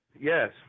Yes